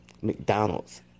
McDonald's